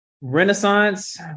Renaissance